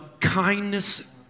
kindness